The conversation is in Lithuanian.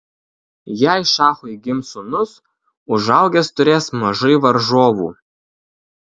jei šachui gims sūnus užaugęs turės mažai varžovų